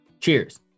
Cheers